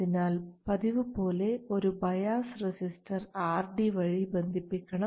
അതിനാൽ പതിവു പോലെ ഒരു ബയാസ് റസിസ്റ്റർ RD വഴി ബന്ധിപ്പിക്കണം